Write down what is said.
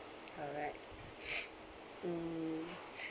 alright mm